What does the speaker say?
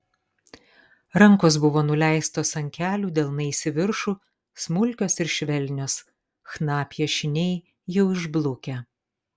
rankos buvo nuleistos ant kelių delnais į viršų smulkios ir švelnios chna piešiniai jau išblukę